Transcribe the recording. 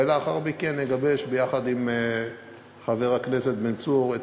ולאחר מכן נגבש ביחד עם חבר הכנסת בן צור את